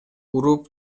уруп